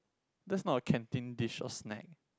that's not our canteen dish or snack